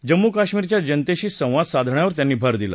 जम्मू कश्मीरच्या जनतेशी संवाद साधण्यावर त्यांनी भर दिला